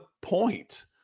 point